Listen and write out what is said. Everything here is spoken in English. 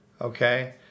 Okay